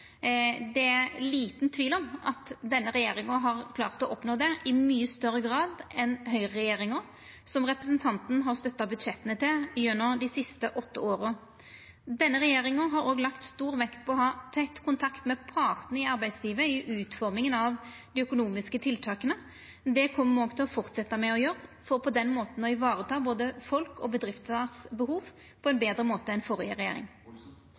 Det er liten tvil om at denne regjeringa har klart å oppnå det i mykje større grad enn høgreregjeringa, som representanten har støtta budsjetta til gjennom dei siste åtte åra. Denne regjeringa har òg lagt stor vekt på å ha tett kontakt med partane i arbeidslivet i utforminga av dei økonomiske tiltaka. Det kjem me til å fortsetja med å gjera, for på den måten å vareta behova til både folk og bedrifter på ein betre måte enn